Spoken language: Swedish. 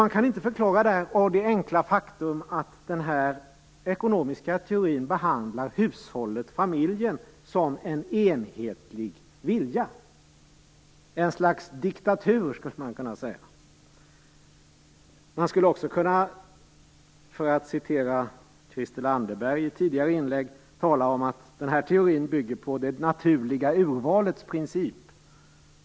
Man kan inte förklara detta av den enkla orsaken att den ekonomiska teorin behandlar hushållet, familjen, som en enhetlig vilja. Ett slags diktatur, skulle man kunna säga. För att citera Christel Anderberg i hennes tidigare inlägg skulle man också kunna tala om att den här teorin bygger på det naturliga urvalets princip.